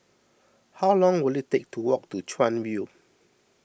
how long will it take to walk to Chuan View